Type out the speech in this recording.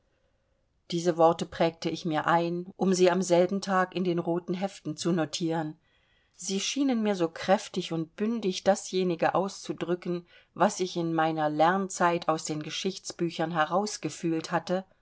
diese worte prägte ich mir ein um sie am selben tag in den roten heften zu notieren sie schienen mir so kräftig und bündig dasjenige auszudrücken was ich in meiner lernzeit aus den geschichtsbüchern herausgefühlt hatte